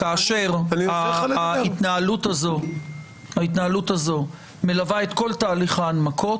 כאשר ההתנהלות הזאת מלווה את כל תהליך ההנמקות,